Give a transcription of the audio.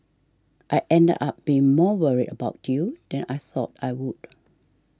I ended up being more worried about you than I thought I would